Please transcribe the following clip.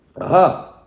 Aha